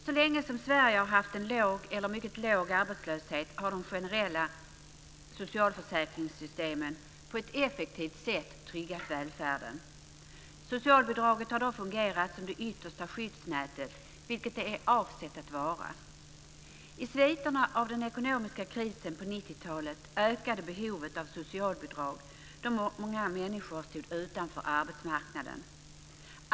Så länge som Sverige har haft en låg eller mycket låg arbetslöshet har de generella socialförsäkringssystemen på ett effektivt sätt tryggat välfärden. Socialbidraget har då fungerat som det yttersta skyddsnätet, vilket det är avsett att vara. I sviterna av den ekonomiska krisen på 90-talet ökade behovet av socialbidrag, då många människor stod utanför arbetsmarknaden.